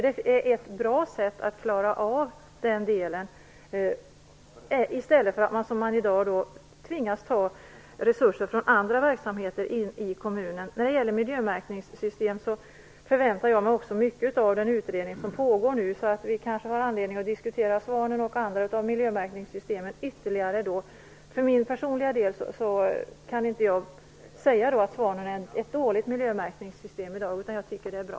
Det är ett bra sätt att klara av den delen, i stället för att som i dag tvingas ta resurser från andra verksamheter i kommunen. När det gäller miljömärkningssystem förväntar jag mig också mycket av den utredning som pågår nu. Vi har kanske anledning att diskutera svanen och de andra miljömärkningssystemen ytterligare. För min personliga del kan jag inte säga att svanen är ett dåligt miljömärkningssystem, utan jag tycker att det är bra.